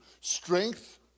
strength